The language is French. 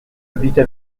habites